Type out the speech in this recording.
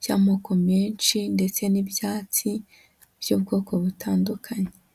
by'amoko menshi ndetse n'ibyatsi by'ubwoko butandukanye.